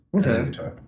Okay